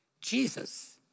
Jesus